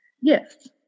Yes